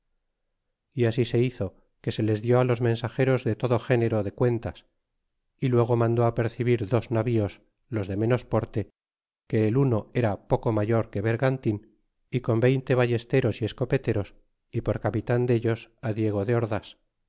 y así se hizo que se les dió los mensageros de todo género de cuentas y luego mandó apercebir dos navíos los de menos porte que el uno era poco mayor que vergantin y con veinte ballesteros y escopeteros y por capitan dellos diego de ords